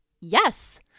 Yes